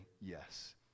yes